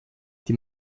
die